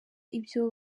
ibyo